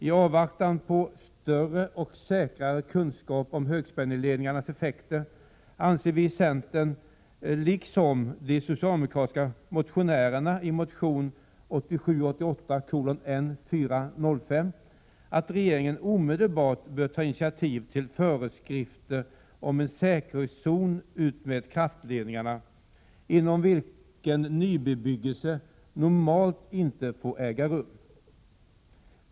I avvaktan på större och säkrare kunskap om högspänningsledningarnas effekter anser vi i centern, liksom de socialdemokratiska motionärerna i motion 1987/88:N405, att regeringen omedelbart bör ta initiativ till föreskrifter om en säkerhetszon utmed kraftledningar, inom vilken nybebyggelse normalt inte får äga rum.